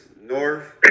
north